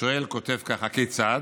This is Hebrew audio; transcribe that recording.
השואל כותב כך: הכיצד,